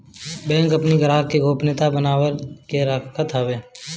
bank अपनी ग्राहक के गोपनीयता के बना के रखत हवे